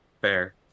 Fair